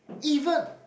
even